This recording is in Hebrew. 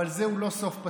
אבל זה לא סוף פסוק.